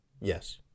Yes